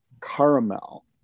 caramel